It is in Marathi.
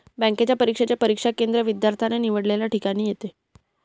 बँकेच्या परीक्षेचे परीक्षा केंद्र विद्यार्थ्याने निवडलेल्या ठिकाणी येते